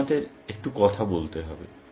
আপনাদের একটু কথা বলতে হবে